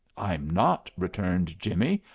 i'm not, returned jimmie,